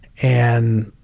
and